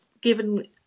given